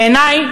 בעיני,